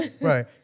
Right